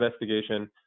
investigation